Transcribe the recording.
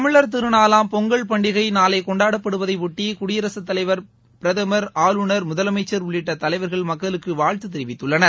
தமிழர் திருநாளாம் பொங்கல் பண்டிகை நாளை கொண்டாடப் படுவதையொட்டி குடியரசுத் தலைவர் பிரதமர் ஆளுநர் முதலமைச்சர் உள்ளிட்ட தலைவர்கள் மக்களுக்கு வாழ்த்து தெரிவித்துள்ளனர்